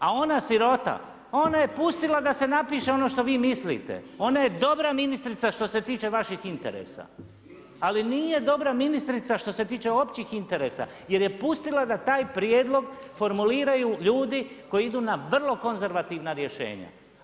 A ona sirota, ona je pustila da se napiše ono što vi mislite, ona je dobra ministrica što se tiče vaših interesa, ali nije dobra ministrica što se tiče općih interesa jer je pustila da taj prijedlog formuliraju ljudi koji idu na vrlo konzervativna rješenja.